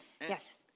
yes